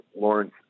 Lawrence